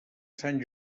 sant